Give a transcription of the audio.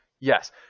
Yes